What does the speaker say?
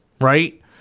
right